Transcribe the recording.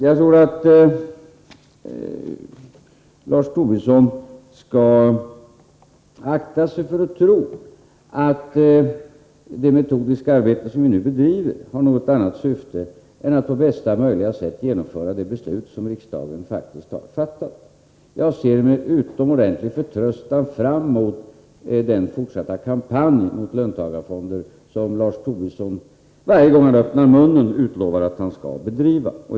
Jag tror att Lars Tobisson skall akta sig för att tro att det metodiska arbete som vi nu bedriver har något annat syfte än att på bästa möjliga sätt Nr 150 genomföra det beslut som riksdagen faktiskt har fattat. Jag ser med , E Tisdagen den utomordentlig förtröstan fram mot den fortsatta kampanj mot löntagarfon 22 maj 1984 der som Lars Tobisson varje gång han öppnar munnen utlovar att han skall bedriva.